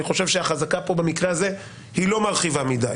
חושב שהחזקה כאן במקרה הזה היא לא מרחיבה מדי,